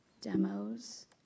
demos